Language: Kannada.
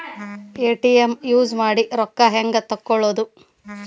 ಎ.ಟಿ.ಎಂ ಯೂಸ್ ಮಾಡಿ ರೊಕ್ಕ ಹೆಂಗೆ ತಕ್ಕೊಳೋದು?